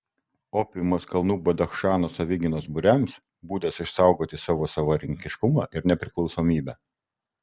opiumas kalnų badachšano savigynos būriams būdas išsaugoti savo savarankiškumą ir nepriklausomybę